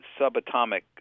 subatomic